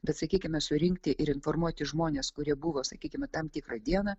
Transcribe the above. bet sakykime surinkti ir informuoti žmones kurie buvo sakykime tam tikrą dieną